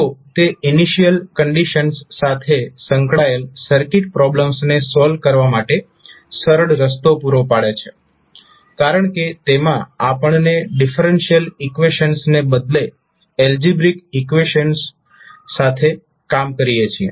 તો તે initial conditions સાથે સંકળાયેલ સર્કિટ પ્રોબ્લમ્સ ને સોલ્વ કરવા માટે સરળ રસ્તો પૂરો પાડે છે કારણ કે તેમાં આપણને ડિફરન્શિયલ ઈકવેશન્સ ને બદલે એલ્જીબ્રીક ઈકવેશન્સ સાથે કામ કરીએ છીએ